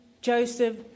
Joseph